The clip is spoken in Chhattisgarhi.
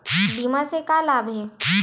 बीमा से का लाभ हे?